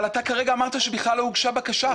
אבל אתה כרגע אמרת שבכלל לא הוגשה בקשה,